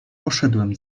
poszedłem